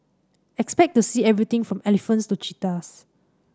expect to see everything from elephants to cheetahs